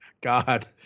God